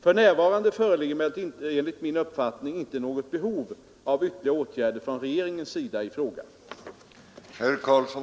För närvarande föreligger emellertid enligt min uppfattning inte något behov av ytterligare åtgärder från regeringens sida i frågan.